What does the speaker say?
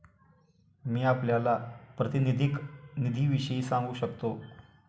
मी आपल्याला प्रातिनिधिक निधीविषयी सांगू शकतो